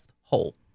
hole